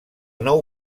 nou